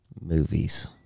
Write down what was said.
Movies